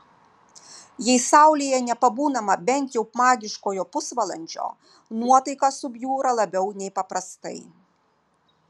jei saulėje nepabūnama bent jau magiškojo pusvalandžio nuotaika subjūra labiau nei paprastai